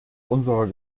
unserer